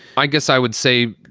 i guess i would say,